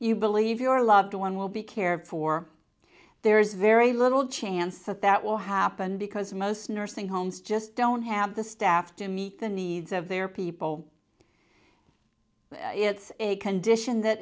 you believe your loved one will be cared for there is very little chance that that will happen because most nursing homes just don't have the staff to meet the needs of their people it's a condition that